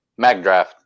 Magdraft